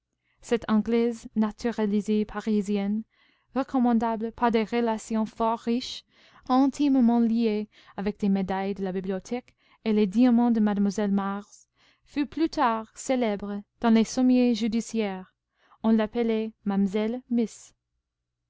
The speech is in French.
cette anglaise naturalisée parisienne recommandable par des relations fort riches intimement liée avec les médailles de la bibliothèque et les diamants de mlle mars fut plus tard célèbre dans les sommiers judiciaires on l'appelait mamselle miss